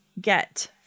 get